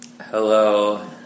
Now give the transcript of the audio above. Hello